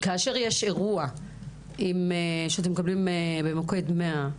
כאשר יש אירוע שאתם מקבלים במוקד 100,